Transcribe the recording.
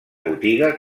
botiga